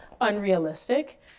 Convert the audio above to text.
unrealistic